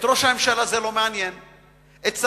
את ראש הממשלה זה לא מעניין.